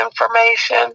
information